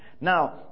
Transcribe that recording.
Now